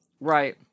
Right